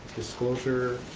disclosure.